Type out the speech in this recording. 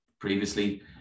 previously